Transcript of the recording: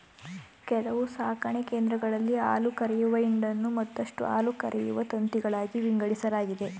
ಕೆಲವು ಸಾಕಣೆ ಕೇಂದ್ರಗಳಲ್ಲಿ ಹಾಲುಕರೆಯುವ ಹಿಂಡನ್ನು ಮತ್ತಷ್ಟು ಹಾಲುಕರೆಯುವ ತಂತಿಗಳಾಗಿ ವಿಂಗಡಿಸಲಾಗಿದೆ